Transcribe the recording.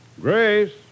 Grace